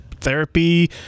therapy